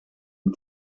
een